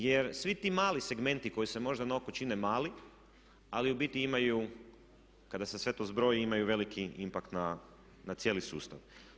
Jer svi ti mali segmenti koji se možda na oko čine mali, ali u biti imaju kada se sve to zbroji imaju veliki impakt na cijeli sustav.